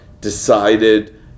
decided